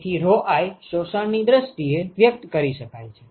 તેથી i શોષણ ની દ્રષ્ટિએ વ્યક્ત કરી શકાય છે